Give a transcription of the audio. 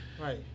Right